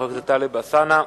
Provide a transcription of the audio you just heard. חבר הכנסת טלב אלסאנע,